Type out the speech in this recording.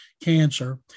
cancer